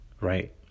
right